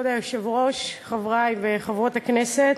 כבוד היושב-ראש, חברי וחברות הכנסת,